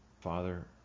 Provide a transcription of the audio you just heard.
Father